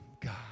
God